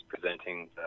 presenting